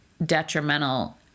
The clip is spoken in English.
Detrimental